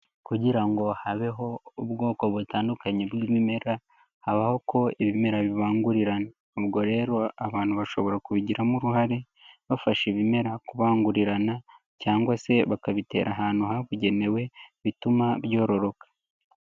Kugira ngo habeho ubwoko butandukanye bw'ibimera, habaho ko ibimera bibanguririra. Ubwo rero abantu bashobora kubigiramo uruhare bafashe ibimera kubangurirana cyangwa se bakabitera ahantu habugenewe bituma byororoka.